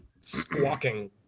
Squawking